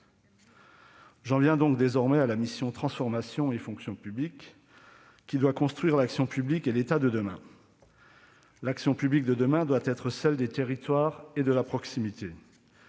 J'en viens donc désormais à la mission « Transformation et fonction publiques », qui doit construire l'action publique et l'État de demain. L'action publique de demain doit être celle des territoires et de la proximité.